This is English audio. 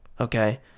Okay